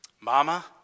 mama